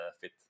fit